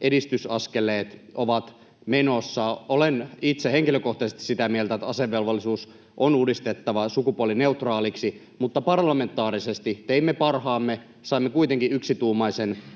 edistysaskeleet ovat menossa? Olen itse henkilökohtaisesti sitä mieltä, että asevelvollisuus on uudistettava sukupuolineutraaliksi, mutta kun parlamentaarisesti teimme parhaamme ja saimme kuitenkin